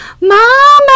mama